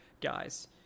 guys